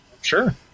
sure